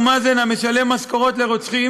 לא מספיק שתהיה מחלקה, אני צריך רופאים לזה.